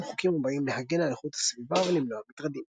חוקים הבאים להגן על איכות הסביבה ולמנוע מטרדים.